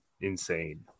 insane